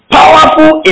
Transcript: Powerful